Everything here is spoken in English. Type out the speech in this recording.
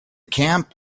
camp